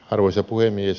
arvoisa puhemies